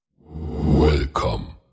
Welcome